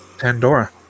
Pandora